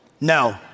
No